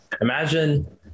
imagine